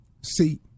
See